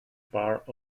part